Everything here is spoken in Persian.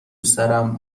سرم